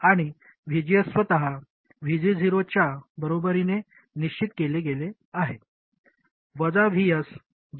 आणि VGS स्वतः VG0 च्या बरोबरीने निश्चित केले आहे वजा Vs जे आपण या सर्किटमध्ये बदलू शकतो